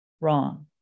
wrong